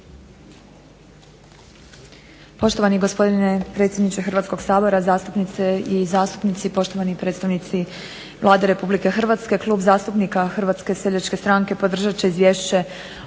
Poštovani gospodine predsjedniče Hrvatskog sabora, zastupnice i zastupnici, poštovani predstavnici Vlade RH. Klub zastupnika HSS-a podržat će Izvješće